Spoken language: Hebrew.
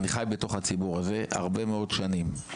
אני חי בתוך הציבור הזה הרבה מאוד שנים.